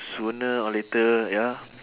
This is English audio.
sooner or later ya lah